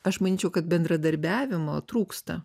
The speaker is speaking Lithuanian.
aš manyčiau kad bendradarbiavimo trūksta